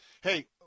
Hey